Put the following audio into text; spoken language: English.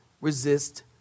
resist